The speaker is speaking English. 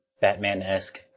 Batman-esque